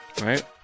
Right